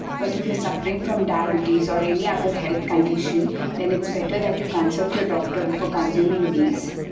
but if you're suffering from diabetes or any other health condition then its better that you consult your doctor before consuming these.